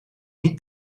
niet